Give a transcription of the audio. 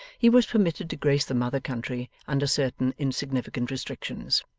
he was permitted to grace the mother country under certain insignificant restrictions.